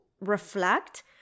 reflect